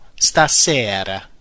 stasera